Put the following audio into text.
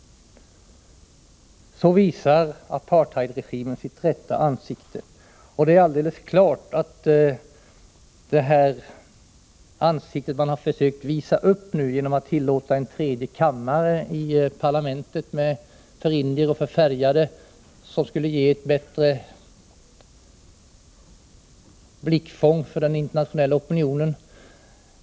Så visar apartheidregimen sitt rätta ansikte. Man har försökt visa upp ett annat ansikte genom att i parlamentet tillåta en tredje kammare för indier och färgade, vilket skulle utgöra ett bättre blickfång för den internationella opinionen.